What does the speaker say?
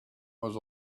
was